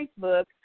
Facebook